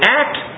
act